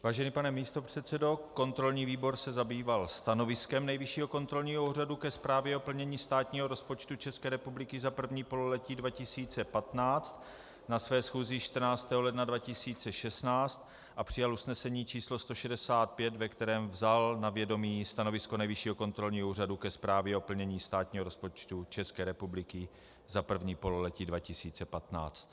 Vážený pane místopředsedo, kontrolní výbor se zabýval stanoviskem Nejvyššího kontrolního úřadu ke Zprávě o plnění státního rozpočtu České republiky za 1. pololetí 2015 na své schůzi 14. ledna 2016 a přijal usnesení číslo 165, ve kterém vzal na vědomí stanovisko Nejvyššího kontrolního úřadu ke Zprávě o plnění státního rozpočtu České republiky za 1. pololetí 2015.